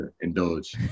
Indulge